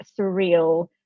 surreal